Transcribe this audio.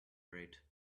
rate